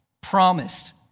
Promised